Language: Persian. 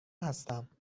هستم